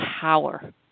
power